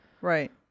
right